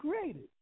created